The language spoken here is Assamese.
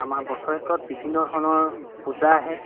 আমাৰ বছৰেকত বিভিন্ন ধৰণৰ পূজা আহে